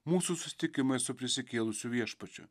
mūsų susitikimai su prisikėlusiu viešpačiu